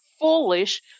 foolish